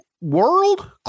world